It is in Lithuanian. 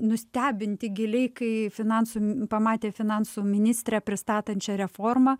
nustebinti giliai kai finansų pamatė finansų ministrę pristatančią reformą